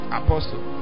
apostle